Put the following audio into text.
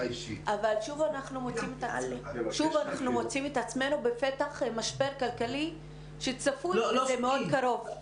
אבל שוב אנחנו מוצאים את עצמנו בפתח משבר כלכלי צפוי מאוד בקרוב.